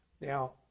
Now